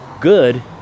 good